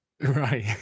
Right